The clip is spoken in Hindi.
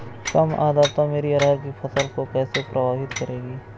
कम आर्द्रता मेरी अरहर की फसल को कैसे प्रभावित करेगी?